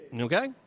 Okay